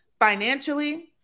financially